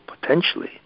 potentially